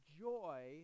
joy